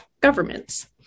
governments